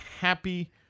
happy